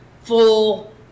full